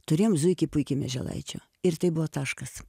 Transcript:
turėjom zuikį puikį mieželaičio ir tai buvo taškas